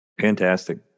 Fantastic